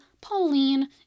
Pauline